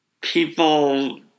people